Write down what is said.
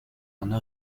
anna